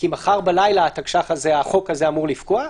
כי מחר בלילה החוק הזה אמור לפקוע.